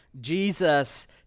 Jesus